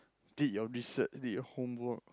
did your research did your homework